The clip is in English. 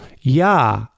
Ja